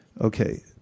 Okay